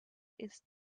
ist